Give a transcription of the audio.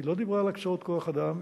היא לא דיברה על הקצאות כוח אדם,